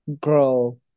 Girl